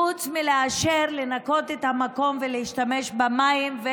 חוץ מאשר לנקות את המקום ולהשתמש במים.